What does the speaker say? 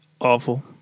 Awful